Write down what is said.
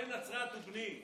בן נצרת ובני".